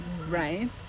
right